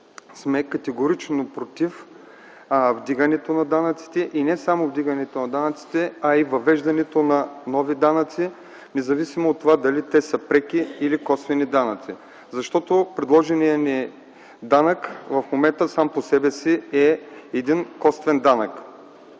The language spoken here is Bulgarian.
сме категорично против вдигането на данъците и не само вдигането на данъците, а и въвеждането на нови данъци, независимо дали те са преки или косвени. Защото предложеният ни данък в момента сам по себе си е един косвен данък.